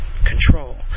control